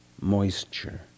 moisture